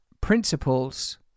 principles